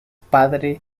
padre